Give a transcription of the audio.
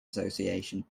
association